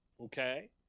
Okay